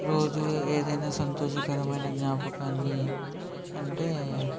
రోజు ఏదైనా సంతోషకరమైన జ్ఞాపకాన్ని అంటే